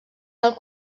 alt